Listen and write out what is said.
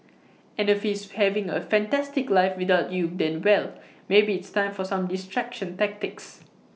and if he's having A fantastic life without you then well maybe it's time for some distraction tactics